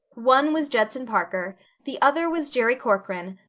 one was judson parker the other was jerry corcoran,